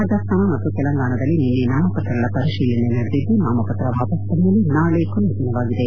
ರಾಜಸ್ತಾನ ಮತ್ತು ತೆಲಂಗಾಣದಲ್ಲಿ ನಿನ್ನೆ ನಾಮಪತ್ರಗಳ ಪರಿಶೀಲನೆ ನಡೆದಿದ್ದು ನಾಮಪತ್ರ ವಾಪಸ್ ಪಡೆಯಲು ನಾಳೆ ಕೊನೆಯ ದಿನವಾಗಿದೆ